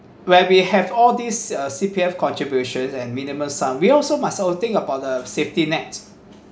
where we have all these uh C_P_F contributions and minimum sum we also must all think about the safety net